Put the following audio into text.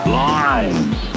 lines